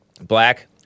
black